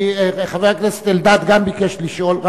גם חבר הכנסת אלדד ביקש לשאול.